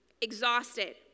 exhausted